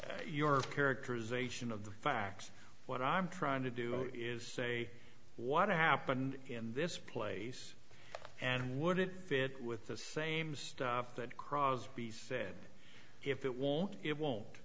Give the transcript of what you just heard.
your your characterization of the facts what i'm trying to do is say what happened in this place and would it fit with the same stuff that crosby said if it won't it won't